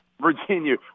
Virginia